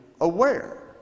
aware